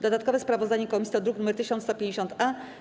Dodatkowe sprawozdanie komisji to druk nr 1150-A.